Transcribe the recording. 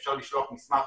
אפשר לשלוח מסמך,